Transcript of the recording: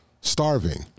starving